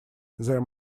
their